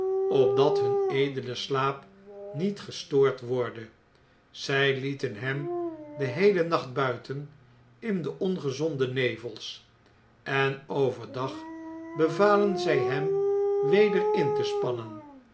opdat hun edele slaap niet gestoord worde zjj lieten hem den heeien nacht buiten in de ongezonde nevels en over dag bevalen zu hem weder in te spannen